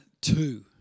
two